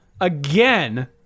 again